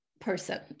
person